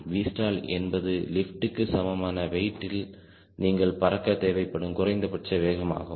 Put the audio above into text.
Vstall என்பது lift க்கு சமமான வெயிட் டில் நீங்கள் பறக்க தேவைப்படும் குறைந்தபட்ச வேகமாகவும்